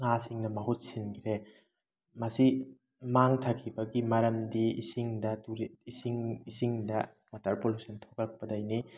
ꯉꯥꯁꯤꯡꯅ ꯃꯍꯨꯠ ꯁꯤꯟꯈ꯭ꯔꯦ ꯃꯁꯤ ꯃꯥꯡꯊꯈꯤꯕꯒꯤ ꯃꯔꯝꯗꯤ ꯏꯁꯤꯡꯗ ꯏꯁꯤꯡ ꯏꯁꯤꯡꯗ ꯋꯥꯇꯔ ꯄꯣꯂꯨꯁꯟ ꯊꯣꯛꯂꯛꯄꯗꯩꯅꯤ